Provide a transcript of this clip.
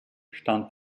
stand